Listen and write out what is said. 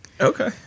Okay